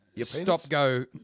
stop-go